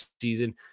season